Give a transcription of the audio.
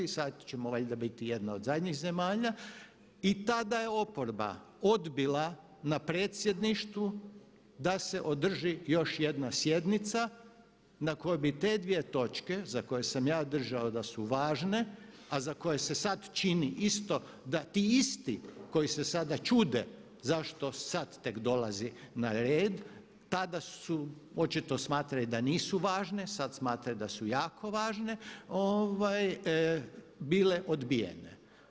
Sad ćemo valjda biti jedna od zadnjih zemalja i tada je oporba odbila na Predsjedništvu da se održi još jedna sjednica na kojoj bi te dvije točke za koje sam ja držao da su važne, a za koje se sad čini isto da ti isti koji se sada čude zašto sad tek dolazi na red, tada su očito smatrali da nisu važne, sad smatraju da su jako važne, bile odbijene.